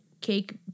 cake